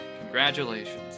congratulations